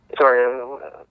Sorry